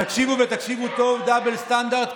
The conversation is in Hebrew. תקשיבו ותקשיבו טוב: double standard,